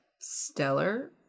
stellar